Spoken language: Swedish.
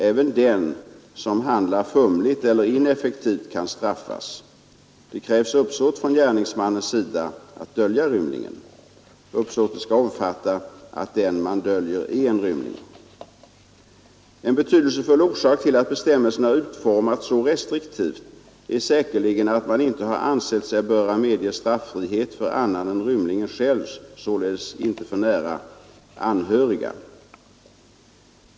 Även den som handlar fumligt eller ineffektivt kan straffas. Det krävs uppsåt från gärningsmannens sida att dölja rymlingen. Uppsåtet skall omfatta att den man döljer är en rymling. En betydelsefull orsak till att bestämmelsen har utformats så restriktivt är säkerligen att man inte har ansett sig böra medge straffrihet för annan än rymlingen själv, således inte för nära anhöriga.